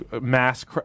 mass